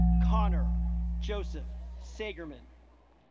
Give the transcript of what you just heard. connor joseph sagermann